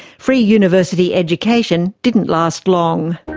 free university education didn't last long.